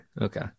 Okay